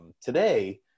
today